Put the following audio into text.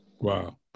Wow